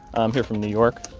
i'm here from new york.